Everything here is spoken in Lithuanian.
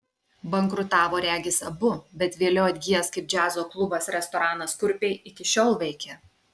bankrutavo regis abu bet vėliau atgijęs kaip džiazo klubas restoranas kurpiai iki šiol veikia